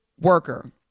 worker